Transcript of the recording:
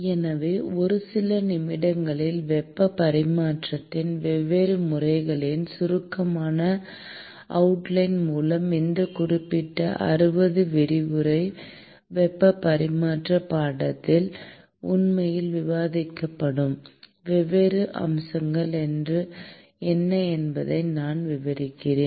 எனவே ஒரு சில நிமிடங்களில் வெப்ப பரிமாற்றத்தின் வெவ்வேறு முறைகளின் சுருக்கமான அவுட்லைன் மூலம் இந்த குறிப்பிட்ட 60 விரிவுரை வெப்ப பரிமாற்ற பாடத்தில் உண்மையில் விவாதிக்கப்படும் வெவ்வேறு அம்சங்கள் என்ன என்பதை நான் விவரிக்கிறேன்